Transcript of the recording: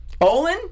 Olin